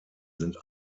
sind